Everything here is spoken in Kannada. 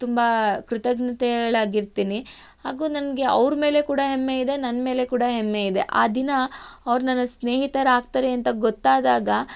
ತುಂಬ ಕೃತಜ್ಞಳಾಗಿರ್ತಿನಿ ಹಾಗು ನನಗೆ ಅವ್ರ ಮೇಲೆ ಕೂಡ ಹೆಮ್ಮೆ ಇದೆ ನನ್ನ ಮೇಲೆ ಕೂಡ ಹೆಮ್ಮೆ ಇದೆ ಆ ದಿನ ಅವ್ರು ನನ್ನ ಸ್ನೇಹಿತರಾಗ್ತಾರೆ ಅಂತ ಗೊತ್ತಾದಾಗ